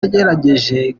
yagerageje